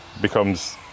becomes